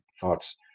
thoughts